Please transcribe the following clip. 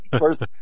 first